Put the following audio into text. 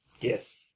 Yes